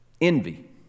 Envy